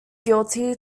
guilty